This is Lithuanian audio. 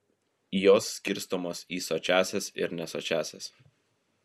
jos skirstomos į sočiąsias ir nesočiąsias